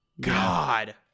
God